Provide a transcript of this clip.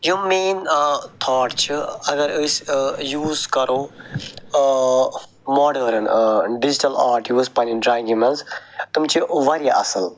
یم میٛٲنۍ ٲں تھٲٹ چھِ اگر أسۍ ٲں یوٗز کرو ٲں ماڈٔرٕن ٲں ڈِجٹل آرٹ یوٗز پنٕنۍ ڈرٛاینٛگہِ منٛز تِم چھِ واریاہ اصٕل